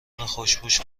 خوشپوش